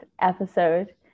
episode